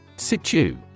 Situ